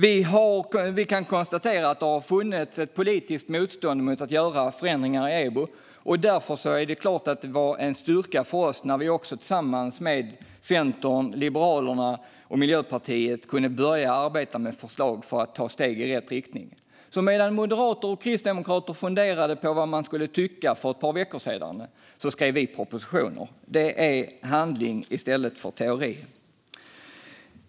Vi kan konstatera att det har funnits ett politiskt motstånd mot att göra förändringar i EBO, och därför är det klart att det var en styrka för oss när vi tillsammans med Centern, Liberalerna och Miljöpartiet kunde börja arbeta med förslag för att ta steg i rätt riktning. Medan moderater och kristdemokrater för ett par veckor sedan funderade över vad de skulle tycka skrev vi propositioner. Det är handling i stället för teori.